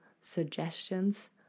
suggestions